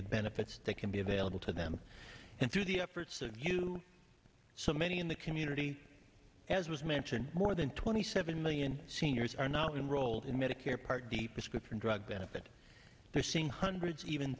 the benefits they can be available to them and through the efforts of you so many in the community as was mentioned more than twenty seven million seniors are not enrolled in medicare part d prescription drug benefit they're seeing hundreds even